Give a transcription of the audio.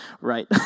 right